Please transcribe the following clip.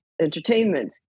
entertainment